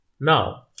Now